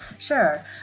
Sure